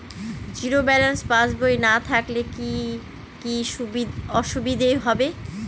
Zero balance পাসবই না থাকলে কি কী অসুবিধা হবে?